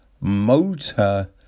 Motor